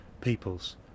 peoples